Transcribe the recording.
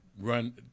run